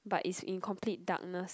but is in complete darkness